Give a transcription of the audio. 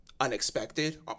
unexpected